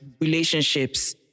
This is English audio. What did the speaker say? relationships